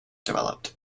developed